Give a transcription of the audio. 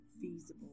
feasible